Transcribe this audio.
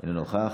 אינו נוכח,